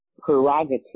prerogative